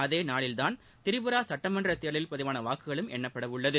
அதே நாளில்தான் திரிபுரா சுட்டமன்ற தேர்தலில் பதிவான வாக்குகளும் எண்ணப்படவுள்ளது